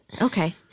Okay